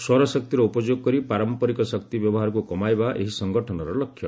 ସୌରଶକ୍ତିର ଉପଯୋଗ କରି ପାରମ୍ପରିକ ଶକ୍ତି ବ୍ୟବହାରକୁ କମାଇବା ଏହି ସଙ୍ଗଠନର ଲକ୍ଷ୍ୟ